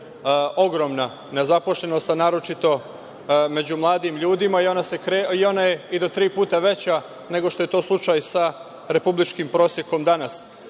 ogromna nezaposlenost, a naročito među mladim ljudima. Ona je i do tri puta veća nego što je to slučaj sa republičkim prosekom danas,